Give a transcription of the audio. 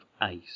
ice